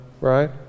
right